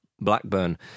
Blackburn